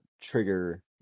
trigger